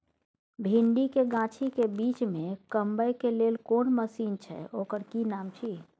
भिंडी के गाछी के बीच में कमबै के लेल कोन मसीन छै ओकर कि नाम छी?